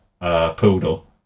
Poodle